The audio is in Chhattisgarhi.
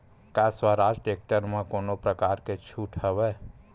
का स्वराज टेक्टर म कोनो प्रकार के छूट हवय?